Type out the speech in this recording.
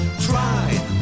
try